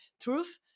truth